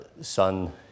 son